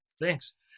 Thanks